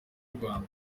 rwanda